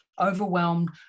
overwhelmed